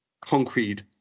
concrete